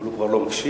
אבל הוא כבר לא מקשיב.